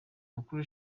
mukuru